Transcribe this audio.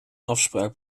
afspraak